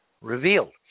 revealed